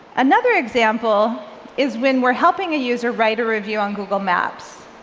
another example is when we're helping a user write a review on google maps.